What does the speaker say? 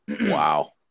Wow